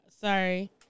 sorry